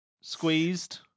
squeezed